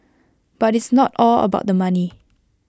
but it's not all about the money